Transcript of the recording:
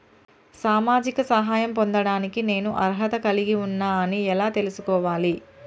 సామాజిక సహాయం పొందడానికి నేను అర్హత కలిగి ఉన్న అని ఎలా తెలుసుకోవాలి?